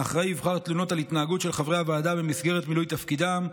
האחראי יבחן תלונות על התנהגות של חברי הוועדה במסגרת מילוי תפקידם,